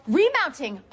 remounting